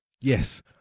yes